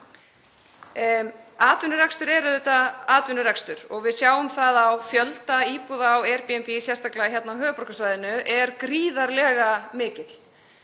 Atvinnurekstur er auðvitað atvinnurekstur og við sjáum að fjöldi íbúða á Airbnb, sérstaklega hérna á höfuðborgarsvæðinu, er gríðarlega mikill.